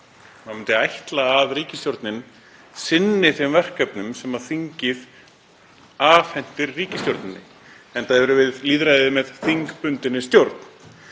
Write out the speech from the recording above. myndi ætla að ríkisstjórnin sinnti þeim verkefnum sem þingið afhendir henni, enda erum við lýðræði með þingbundinni stjórn.